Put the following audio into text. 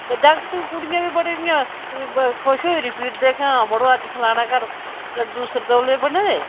ते जागत कुड़ियां बी बड़े इ'यां खुश होई र फिरदे आं मड़ो अज्ज फलाने घर लड्डू सरतोले बने दे